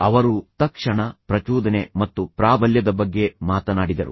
ಅವರು ತಕ್ಷಣ ಪ್ರಚೋದನೆ ಮತ್ತು ಪ್ರಾಬಲ್ಯದ ಬಗ್ಗೆ ಮಾತನಾಡಿದರು